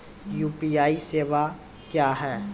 UPI सेवा क्या हैं?